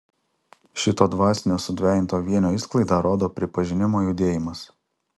šito dvasinio sudvejinto vienio išsklaidą rodo pripažinimo judėjimas